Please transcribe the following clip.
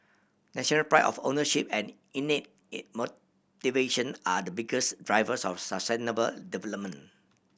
national pride of ownership and innate it motivation are the biggest drivers of sustainable